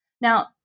Now